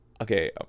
okay